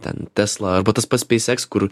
ten tesla arba tas pats spacex kur